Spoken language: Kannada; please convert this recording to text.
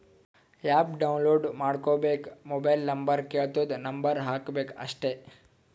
ಆ್ಯಪ್ ಡೌನ್ಲೋಡ್ ಮಾಡ್ಕೋಬೇಕ್ ಮೊಬೈಲ್ ನಂಬರ್ ಕೆಳ್ತುದ್ ನಂಬರ್ ಹಾಕಬೇಕ ಅಷ್ಟೇ